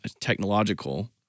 technological